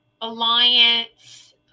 alliance